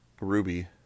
ruby